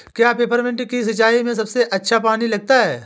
क्या पेपरमिंट की सिंचाई में सबसे ज्यादा पानी लगता है?